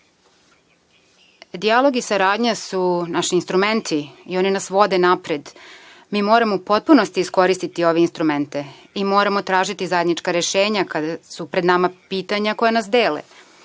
Dijalog i saradnja su naši instrumenti i oni nas vode napred i mi moramo u potpunosti iskoristiti ove instrumente i moramo tražiti zajednička rešenja kada su pred nama pitanja koja nas